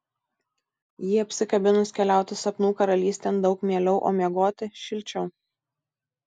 jį apsikabinus keliauti sapnų karalystėn daug mieliau o miegoti šilčiau